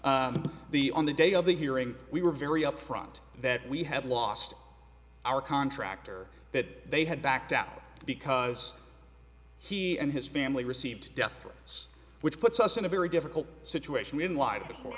r the on the day of the hearing we were very upfront that we had lost our contract or that they had backed out because he and his family received death threats which puts us in a very difficult situation